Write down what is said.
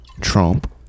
Trump